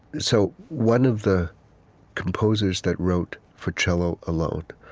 so one of the composers that wrote for cello alone,